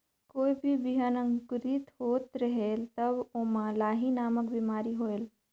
कोई भी बिहान अंकुरित होत रेहेल तब ओमा लाही नामक बिमारी होयल?